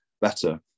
better